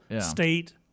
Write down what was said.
state